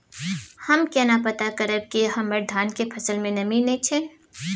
हम केना पता करब की हमर धान के फसल में नमी नय छै?